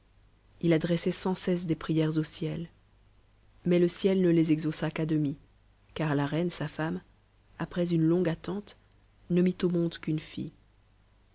h adressait sans cesse des prières au ciel mais le ciel ne les exauça qu'à demi car la reine sa femme après une longue attente ne mit au monde qu'une fille